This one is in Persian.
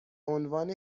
عنوان